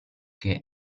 che